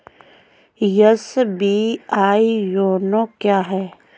SBI YONO क्या है?